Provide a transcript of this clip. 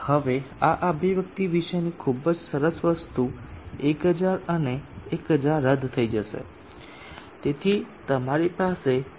તેથી આ અભિવ્યક્તિ વિશેની ખૂબ જ સરસ વસ્તુ 1000 અને 1000 રદ થઈ જશે તેથી તમારી પાસે 9